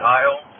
Kyle